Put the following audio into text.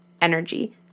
energy